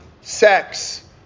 sex